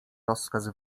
rozkaz